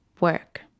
work